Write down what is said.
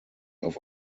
auf